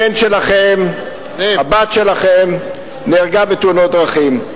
הבן שלכם או הבת שלכם נהרגו בתאונת דרכים.